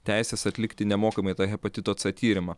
teisės atlikti nemokamai tą hepatito c tyrimą